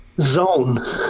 zone